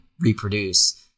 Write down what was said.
reproduce